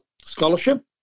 scholarship